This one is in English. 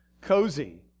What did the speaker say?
cozy